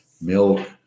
milk